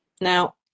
now